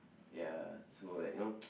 ya so like you know